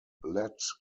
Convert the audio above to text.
let